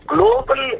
Global